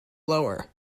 lower